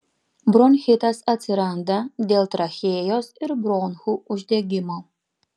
bronchitas atsiranda dėl trachėjos ir bronchų uždegimo